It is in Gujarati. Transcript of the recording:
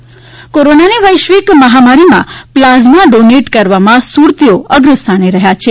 પ્લાઝમા ડોનેટ કોરોનાની વૈશ્વિક મહામારીમાં પ્લાઝમાં ડોનેટ કરવામાં સુરતીઓ અગ્રસ્થાને રહ્યાં છે